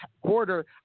quarter